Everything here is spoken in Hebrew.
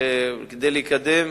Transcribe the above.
כדי לקדם